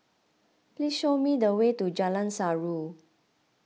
please show me the way to Jalan Surau